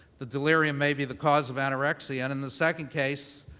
the delirium may be the cause of anorexia, and in the second case,